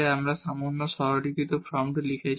আমরা আবার এই সামান্য সরলীকৃত ফর্মটি লিখেছি